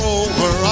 over